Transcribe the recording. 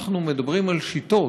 אנחנו מדברים על שיטות.